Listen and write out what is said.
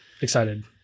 Excited